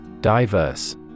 Diverse